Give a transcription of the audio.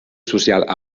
social